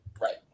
Right